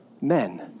men